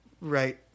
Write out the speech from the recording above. right